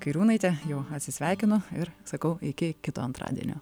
kairiūnaitė jau atsisveikinu ir sakau iki kito antradienio